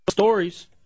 Stories